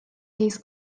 his